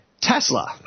Tesla